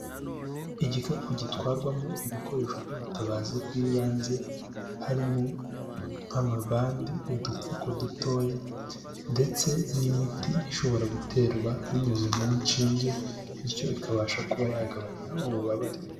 Igikapu gitwarwamo ibikoresho by'ubutabazi bw'ibanze harimo nk'amabande, udupfuko dutoya ndetse n'imiti ishobora guterwa binyuze mu nshinge bityo ikabasha kuba yagabanya ububabare.